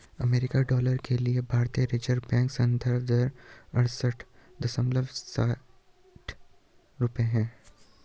अमेरिकी डॉलर के लिए भारतीय रिज़र्व बैंक संदर्भ दर अड़सठ दशमलव छह रुपये है